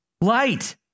Light